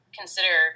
consider